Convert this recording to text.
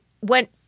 went